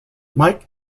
mike